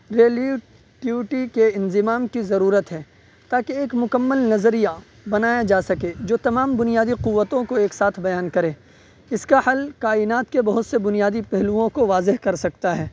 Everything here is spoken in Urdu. ریلیٹیوٹی کے انضمام کی ضرورت ہے تاکہ ایک مکمل نظریہ بنایا جا سکے جو تمام بنیادی قوتوں کو ایک ساتھ بیان کرے اس کا حل کائنات کے بہت سے بنیادی پہلوؤں کو واضح کر سکتا ہے